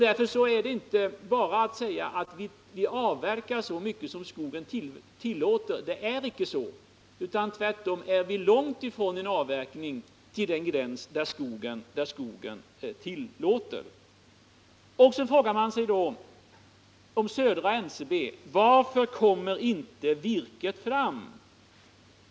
Därför går det inte bara att säga: Vi avverkar så mycket som skogen tillåter. Det är inte så. Tvärtom är avverkningen långt ifrån den gräns som skogen tillåter. Sedan frågar man sig när det gäller södra NCB varför inte virket kommer fram.